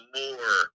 more